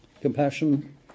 compassion